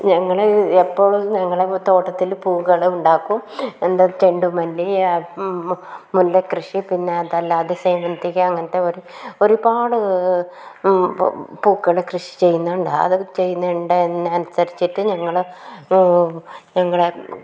ഞങ്ങൾ എപ്പോഴും ഞങ്ങളെ തോട്ടത്തിൽ പൂക്കൾ ഉണ്ടാക്കും ചെണ്ടുമല്ലി മുല്ല കൃഷി പിന്നെ അതല്ലാതെ സേവന്തിക അങ്ങനത്തെ ഒരുപാട് പൂക്കൾ കൃഷി ചെയ്യുന്നുണ്ട് അത് ചെയ്യുന്നുണ്ട് അതിനനുസരിച്ചിട്ട് ഞങ്ങൾ ഞങ്ങളെ